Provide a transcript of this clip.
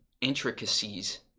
intricacies